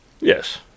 Yes